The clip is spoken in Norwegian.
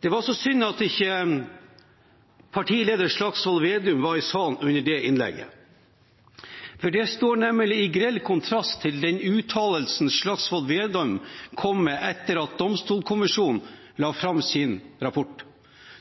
Det er bare så synd at partileder Slagsvold Vedum ikke var i salen under det innlegget, for det står nemlig i grell kontrast til den uttalelsen Slagsvold Vedum kom med etter at Domstolkommisjonen la fram sin rapport.